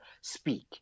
speak